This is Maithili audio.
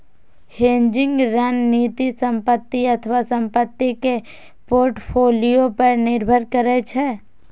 हेजिंग रणनीति संपत्ति अथवा संपत्ति के पोर्टफोलियो पर निर्भर करै छै